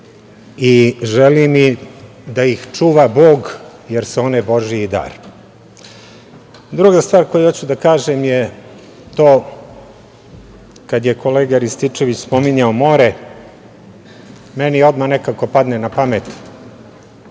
i želim im da ih čuva Bog, jer su one Božiji dar. Druga stvar koju hoću da kažem je to kad je kolega Rističević spominjao more, meni odmah nekako padne na pamet